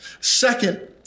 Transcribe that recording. Second